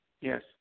yes